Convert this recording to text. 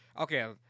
Okay